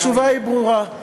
התשובה ברורה: